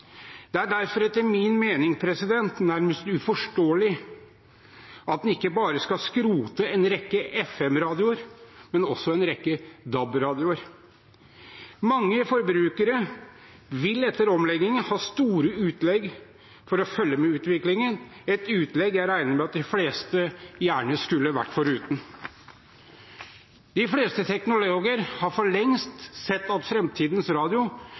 Det er derfor etter min mening nærmest uforståelig at man ikke bare skal skrote en rekke FM-radioer, men også en rekke DAB-radioer. Mange forbrukere vil etter omleggingen ha store utlegg for å følge med i utviklingen, et utlegg jeg regner med at de fleste gjerne skulle vært foruten. De fleste teknologer har for lengst sett at framtidens radio